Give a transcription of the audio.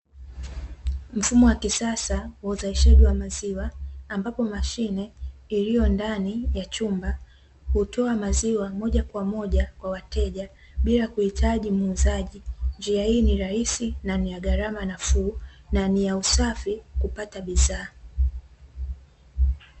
Mfumo wa kisasa wa uzalishaji wa maziwa, ambapo mashine iliyo ndani ya chumba hutoa maziwa moja kwa moja kwa wateja bila kuhitaji muuzaji. Njia hii ni rahisi na ni ya gharama nafuu, na ni ya usafi kupata bidhaa.